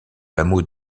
hameau